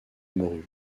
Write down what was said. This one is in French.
morue